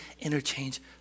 interchange